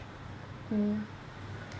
uh